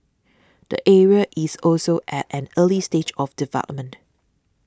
the area is also at an early stage of development